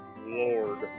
lord